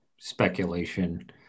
speculation